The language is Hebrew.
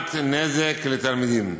גרימת נזק לתלמידים.